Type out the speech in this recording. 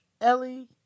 Ellie